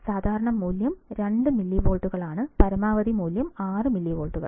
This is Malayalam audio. സാധാരണ മൂല്യം 2 മില്ലിവോൾട്ടുകളാണ് പരമാവധി മൂല്യം 6 മില്ലിവോൾട്ടുകളാണ്